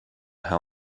how